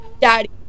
daddy